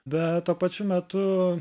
bet tuo pačiu metu